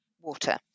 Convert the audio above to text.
water